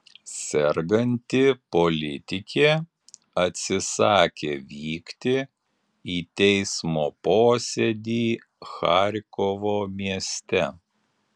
serganti politikė atsisakė vykti į teismo posėdį charkovo mieste